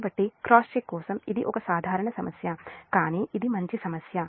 కాబట్టి cross check కోసం ఇది ఒక సాధారణ సమస్య కానీ ఇది మంచి సమస్య